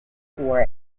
for